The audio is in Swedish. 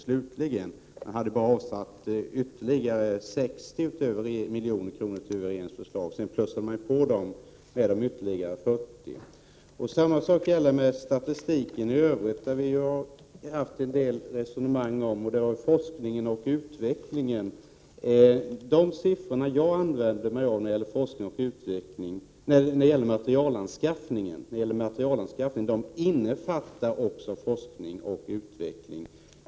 Från början hade man bara räknat med 60 milj.kr. utöver regeringens förslag. Sedan plussade centern på med ytterligare 40 milj.kr. Samma sak gäller statistiken i övrigt, som vi ju haft en del resonemang om. De siffror som jag nämnde beträffande materialanskaffning innefattar också forskning och utveckling.